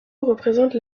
représente